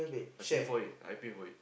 I pay for it I pay for it